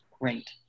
Great